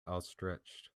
outstretched